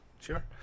Sure